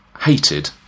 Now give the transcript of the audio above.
hated